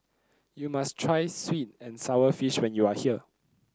you must try sweet and sour fish when you are here